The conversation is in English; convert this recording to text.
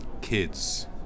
Kids